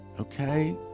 Okay